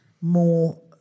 more